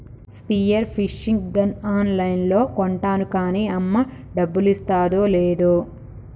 spear fishing gun on లైన్లో కొంటాను కాన్నీ అమ్మ డబ్బులిస్తాదో లేదో